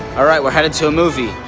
all right, we're headed to a movie.